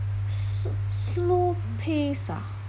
s~ slow pace ah